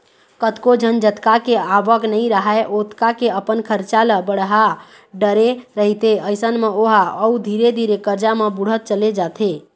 कतको झन जतका के आवक नइ राहय ओतका के अपन खरचा ल बड़हा डरे रहिथे अइसन म ओहा अउ धीरे धीरे करजा म बुड़त चले जाथे